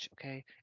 okay